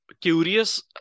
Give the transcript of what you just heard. curious